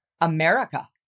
America